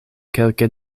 kelke